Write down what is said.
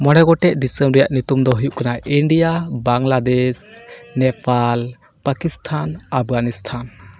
ᱢᱚᱬᱮ ᱜᱚᱴᱮᱱ ᱫᱤᱥᱚᱢ ᱨᱮᱭᱟᱜ ᱧᱩᱛᱩᱢᱫᱚ ᱦᱩᱭᱩᱜ ᱠᱟᱱᱟ ᱤᱱᱰᱤᱭᱟ ᱵᱟᱝᱞᱟᱫᱮᱥ ᱱᱮᱯᱟᱞ ᱯᱟᱠᱤᱥᱛᱷᱟᱱ ᱟᱯᱷᱜᱟᱱᱤᱥᱛᱷᱟᱱ